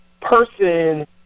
person